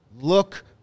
Look